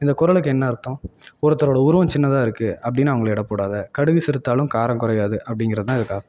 இந்த குறளுக்கு என்ன அர்த்தம் ஒருத்தரோட உருவம் சின்னதாக இருக்கு அப்படின்னு அவங்கள எடை போடாத கடுகு சிறுத்தாலும் காரம் குறையாது அப்படிங்குறதுதான் இதுக்கு அர்த்தம்